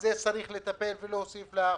בזה צריך לטפל ולהוסיף לאכוף.